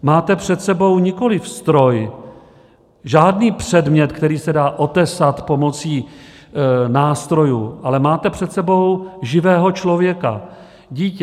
Máte před sebou nikoliv stroj, žádný předmět, který se dá otesat pomocí nástrojů, ale máte před sebou živého člověka, dítě.